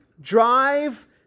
drive